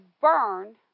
burn